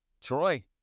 Troy